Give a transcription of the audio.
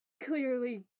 clearly